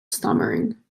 stammering